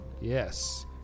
Yes